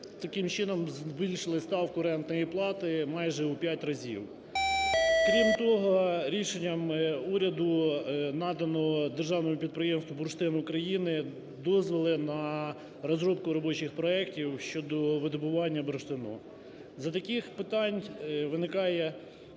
таким чином збільшили ставку рентної плати майже у 5 разів. Крім того, рішенням уряду надано державному підприємству "Бурштин України" дозволи на розробку робочих проектів щодо видобування бурштину. За таких питань виникає…